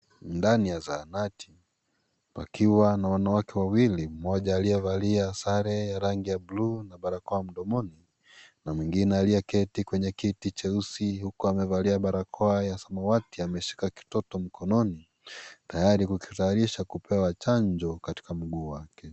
Ndani ya zahanati, pakiwa na wanawake wawili, mmoja aliyevalia sare ya rangi ya bluu na barakoa mdomoni, na mwingine aliyeketi kwenye kiti cheusi huku amevalia barakoa ya samawati ameshika kitoto mkononi, tayari kujitayarisha kupewa chanjo katika mguu wake.